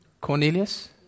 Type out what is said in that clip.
Cornelius